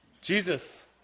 Jesus